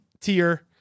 tier